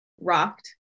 rocked